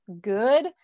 good